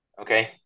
Okay